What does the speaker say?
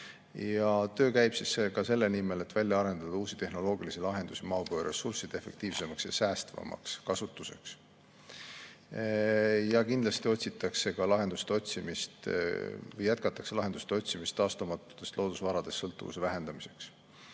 Töö käib selle nimel, et välja arendada uusi tehnoloogilisi lahendusi maapõueressursside efektiivsemaks ja säästvamaks kasutuseks. Kindlasti jätkatakse lahenduste otsimist taastumatutest loodusvaradest sõltuvuse vähendamiseks.